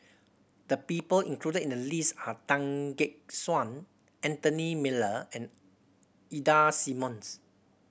the people included in the list are Tan Gek Suan Anthony Miller and Ida Simmons